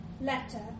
letter